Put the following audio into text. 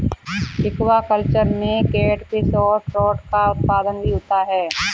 aquaculture में catfish और trout का उत्पादन भी होता है